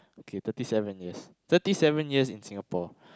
K thirty seven years thirty seven years in Singapore